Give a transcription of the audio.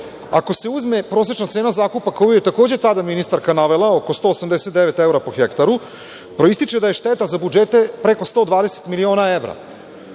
Ako se uzme prosečna cena zakupa, koju je takođe tada ministarka navela, oko 189 evra po hektaru, proističe da je šteta za budžete preko 120 miliona evra.